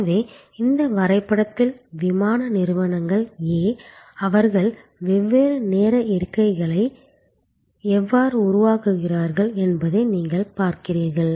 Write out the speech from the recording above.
எனவே இந்த வரைபடத்தில் விமான நிறுவனங்கள் A அவர்கள் வெவ்வேறு நேர இருக்கைகளை எவ்வாறு உருவாக்குகிறார்கள் என்பதை நீங்கள் பார்க்கிறீர்கள்